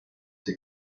der